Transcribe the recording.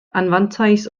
anfantais